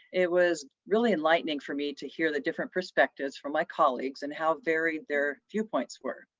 it was really enlightening for me to hear the different perspectives from my colleagues and how varied their viewpoints were.